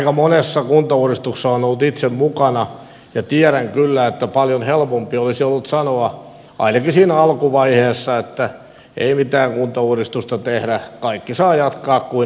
aika monessa kuntauudistuksessa olen ollut itse mukana ja tiedän kyllä että paljon helpompi olisi ollut sanoa ainakin siinä alkuvaiheessa että ei mitään kuntauudistusta tehdä kaikki saavat jatkaa kuin ennenkin